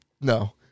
No